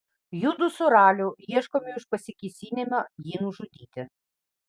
judu su raliu ieškomi už pasikėsinimą jį nužudyti